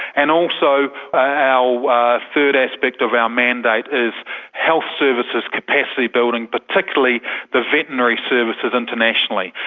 and also our third aspect of our mandate is health services capacity building, particularly the veterinary services internationally.